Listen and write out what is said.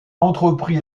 entrepris